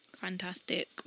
Fantastic